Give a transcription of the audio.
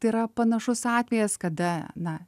tai yra panašus atvejas kada na